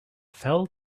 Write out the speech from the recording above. fell